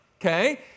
okay